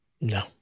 No